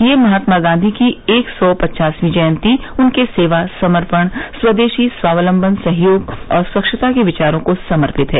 ये महात्मा गांधी की एक सौ पचासवीं जयंती उनके सेवा समर्पण स्वदेशी स्वावलंबन सहयोग और स्वच्छता के विचारों को समर्पित है